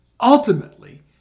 ultimately